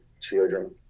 children